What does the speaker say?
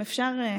אם אפשר.